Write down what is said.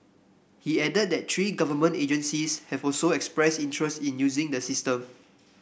he added that three government agencies have also expressed interest in using the system